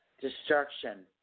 destruction